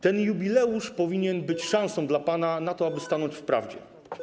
Ten jubileusz powinien być szansą dla pana na to, aby stanąć w prawdzie.